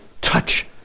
touch